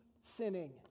sinning